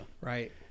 right